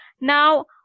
Now